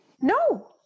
No